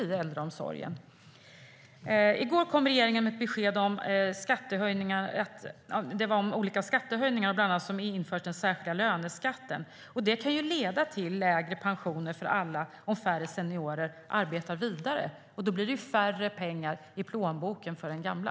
I går kom regeringen med ett besked om olika skattehöjningar; bland annat införs den särskilda löneskatten. Det kan ju leda till lägre pensioner för alla om färre seniorer arbetar vidare, och det blir mindre pengar i plånboken för de gamla.